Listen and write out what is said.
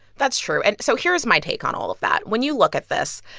that's true. and so here's my take on all of that. when you look at this,